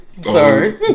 Sorry